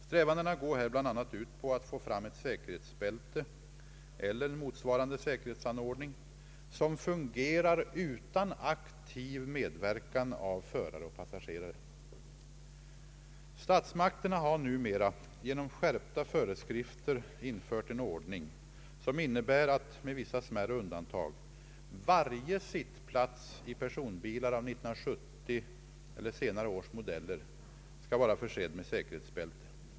Strävandena går här bl.a. ut på att få fram ett säkerhetsbälte eller motsvarande säkerhetsanordning som fungerar utan aktiv medverkan av förare och passagerare. Statsmakterna har numera genom skärpta föreskrifter infört en ordning som innebär att — med vissa smärre undantag — varje sittplats i personbilar av 1970 eller senare års modeller skall vara försedd med säkerhetsbälte.